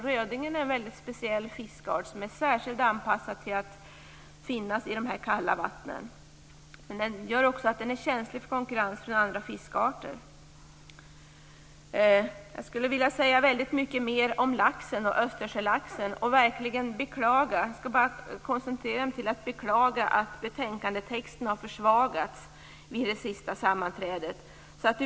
Rödingen är en mycket speciell fiskart som är särskilt anpassad till dessa kalla vatten. Men det gör också att den är känslig för konkurrens från andra fiskarter. Jag skulle vilja säga mycket mer om Östersjölaxen. Men jag skall nöja mig med att beklaga att betänkandetexten har försvagats vid det sista utskottssammanträdet.